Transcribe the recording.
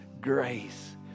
grace